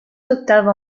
octaves